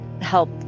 help